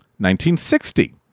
1960